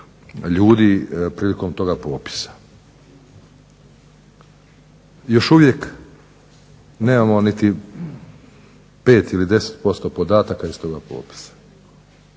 ljudi prilikom toga popisa. Još uvijek nemamo niti 5 ili 10% podataka iz toga popisa.